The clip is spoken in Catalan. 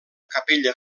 capella